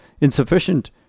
insufficient